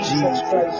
Jesus